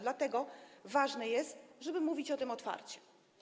Dlatego ważne jest, żeby mówić o tym otwarcie.